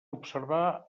observar